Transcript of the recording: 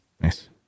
Nice